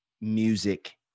music